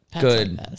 Good